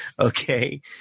Okay